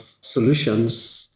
solutions